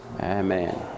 Amen